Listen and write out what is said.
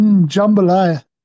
Jambalaya